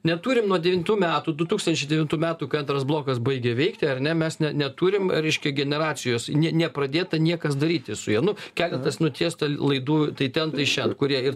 neturim nuo devintų metų du tūkstančiai devintų metų kai antras blokas baigė veikti ar ne mes ne neturim reiškia generacijos ne nepradėta niekas daryti su ja nu keletas nutiesta laidų tai ten tai šen kurie ir